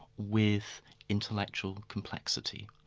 with intellectual complexity,